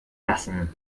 lassen